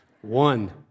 One